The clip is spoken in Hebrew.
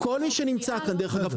כל מי שנמצא כאן דרך אגב,